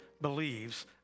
believes